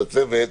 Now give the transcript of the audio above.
את הצוות.